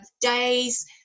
days